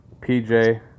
PJ